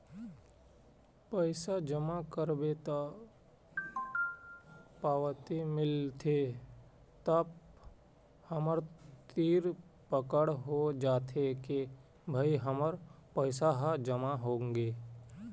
पइसा जमा करबे त पावती मिलथे तब हमर तीर पकड़ हो जाथे के भई हमर पइसा ह जमा होगे